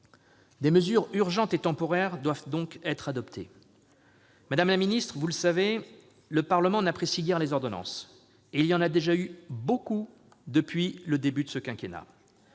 Des mesures urgentes et temporaires doivent bel et bien être adoptées. Madame la ministre, vous le savez, le Parlement n'apprécie guère les ordonnances, et il y en a déjà eu beaucoup depuis le début de ce quinquennat.